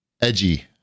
Edgy